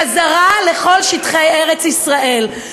חזרה לכל שטחי ארץ-ישראל,